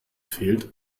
fehlt